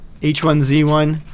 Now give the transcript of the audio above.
H1Z1